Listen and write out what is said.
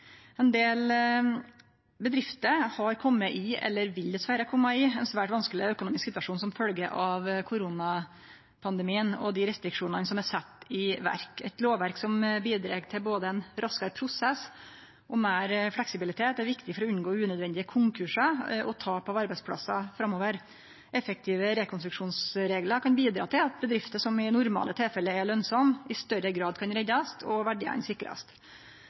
Ein del bedrifter har kome eller vil dessverre kome i ein svært vanskeleg økonomisk situasjon som følgje av koronapandemien og dei restriksjonane som er sette i verk. Eit lovverk som bidreg til både ein raskare prosess og større fleksibilitet, er viktig for å unngå unødvendige konkursar og tap av arbeidsplassar framover. Effektive rekonstruksjonsreglar kan bidra til at bedrifter som i normale tilfelle er lønsame, i større grad kan reddast og verdiane sikrast.